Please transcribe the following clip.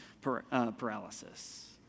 paralysis